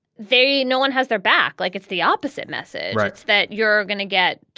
very no one has their back. like it's the opposite message, right, that you're gonna get.